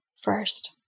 first